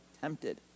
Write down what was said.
tempted